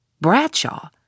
Bradshaw